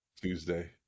Tuesday